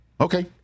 Okay